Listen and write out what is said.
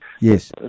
Yes